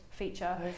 feature